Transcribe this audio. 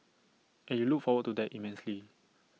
and you look forward to that immensely